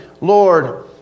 Lord